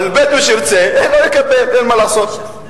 אבל בדואי שירצה לא יקבל, אין מה לעשות.